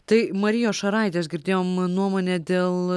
tai marijos šaraitės girdėjom nuomonę dėl